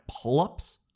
pull-ups